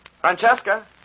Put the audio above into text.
Francesca